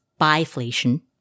biflation